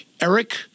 Eric